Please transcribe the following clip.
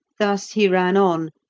thus he ran on,